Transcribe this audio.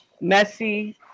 messy